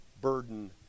burden